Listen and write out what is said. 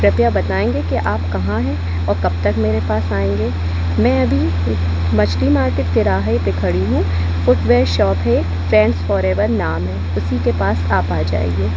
कृपया बताएंगे के आप कहाँ है और कब तक मेरे पास आएँगे मैं अभी मछली मार्केट तिराहे पे खड़ी हूँ फ़ुटवेयर शॉप है फ़्रेंड्स फ़ॉरएवर नाम है उसी के पास आप आ जाइए